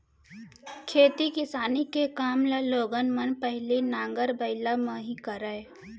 खेती किसानी के काम ल लोगन मन पहिली नांगर बइला म ही करय